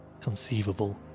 conceivable